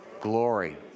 Glory